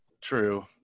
True